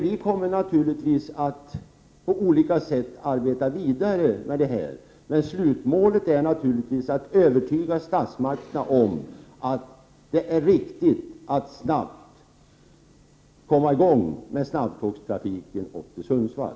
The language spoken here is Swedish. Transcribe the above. Vi kommer att på olika sätt arbeta vidare med det här, men slutmålet är naturligtvis att övertyga statsmakterna om att det är riktigt att snabbt komma i gång med snabbtågstrafiken upp till Sundsvall.